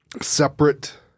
separate